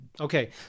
Okay